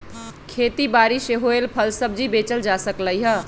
खेती बारी से होएल फल सब्जी बेचल जा सकलई ह